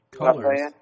colors